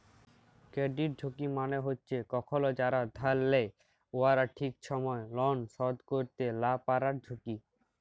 credit ঝুঁকি মালে হছে কখল যারা ধার লেয় উয়ারা ঠিক ছময় লল শধ ক্যইরতে লা পারার ঝুঁকি